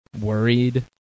worried